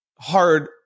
hard